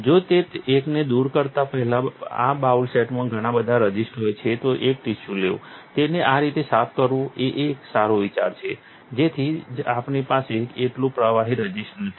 જો તે એકને દૂર કરતા પહેલા બાઉલ સેટમાં ઘણા બધા રેઝિસ્ટ હોય તો એક ટિશ્યુ લેવું તેને આ રીતે સાફ કરવું એ એક સારો વિચાર છે જેથી જ આપણી પાસે એટલુ પ્રવાહી રઝિસ્ટ નથી